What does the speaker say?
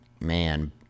man